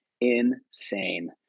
insane